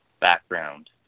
background